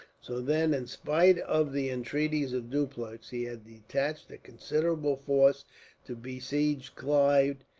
so then, in spite of the entreaties of dupleix, he had detached a considerable force to besiege clive.